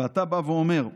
ואתה בא ואומר: